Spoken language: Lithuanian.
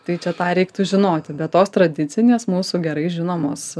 tai čia tą reiktų žinoti bet tos tradicinės mūsų gerai žinomos